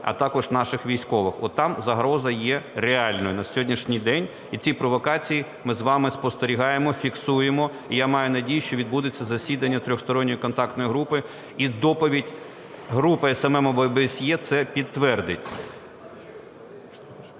а також наших військових, там загроза є реальною на сьогоднішній день. І ці провокації ми з вами спостерігаємо, фіксуємо, і я маю надію, що відбудеться засідання Трьохсторонньої контактної групи і доповідь групи СММ ОБСЄ це підтвердить.